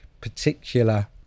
particular